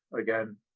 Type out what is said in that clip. again